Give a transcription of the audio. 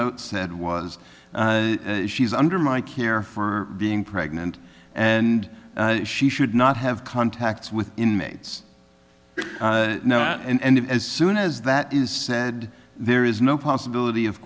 note said was she's under my care for being pregnant and she should not have contacts with inmates and as soon as that is said there is no possibility of